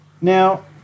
Now